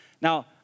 Now